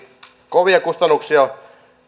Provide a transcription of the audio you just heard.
kovia kustannuksia